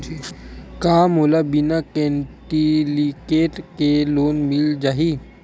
का मोला बिना कौंटलीकेट के लोन मिल जाही?